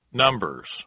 Numbers